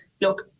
Look